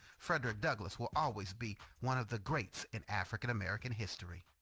frederick douglass will always be one of the greats in african american history.